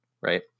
Right